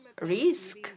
risk